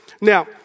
Now